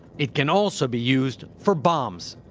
it can, also, be used for bombs.